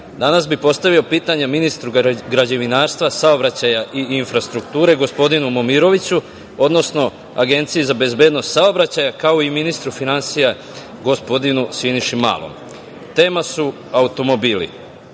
danas bih postavio pitanje ministru građevinarstva, saobraćaja i infrastrukture gospodinu Momiroviću, odnosno Agenciji za bezbednost saobraćaja, kao i ministru finansija gospodinu Siniši Malom. Tema su automobili,